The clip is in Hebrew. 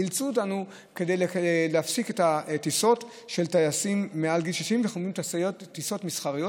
אילצו אותנו להפסיק את הטיסות של טייסים מעל גיל 60. טיסות מסחריות.